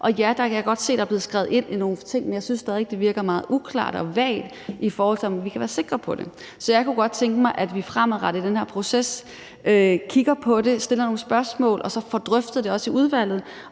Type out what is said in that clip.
Og ja, jeg kan godt se, at der er blevet skrevet nogle ting ind i forslaget, men jeg synes stadig væk, det virker meget uklart og vagt, i forhold til om vi kan være sikre på det. Så jeg kunne godt tænke mig, at vi fremadrettet i den her proces kigger på det, stiller nogle spørgsmål og så også får drøftet i udvalget,